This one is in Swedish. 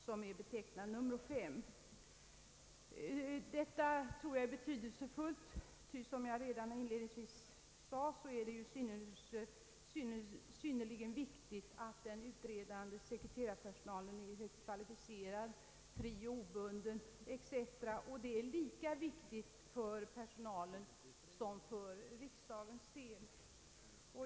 Jag tror att detta är betydelsefullt, ty jag anser som jag inledningsvis sade att det är synnerligen viktigt att den utredande sekreterarpersonalen är högt kvalificerad samt fri och obunden etc. Detta är lika viktigt för personalen som för riksdagen.